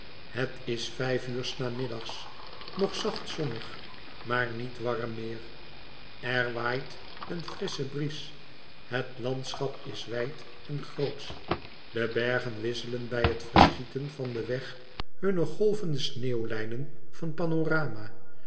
het is vijf uur s namiddags nog zacht zonnig maar niet warm meer er waait een frissche bries het landschap is wijd en grootsch de bergen wisselen bij het verschieten van den weg hunne golvende sneeuwlijnen van panorama